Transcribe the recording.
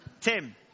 Tim